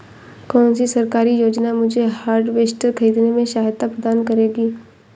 कौन सी सरकारी योजना मुझे हार्वेस्टर ख़रीदने में सहायता प्रदान करेगी?